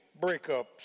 breakups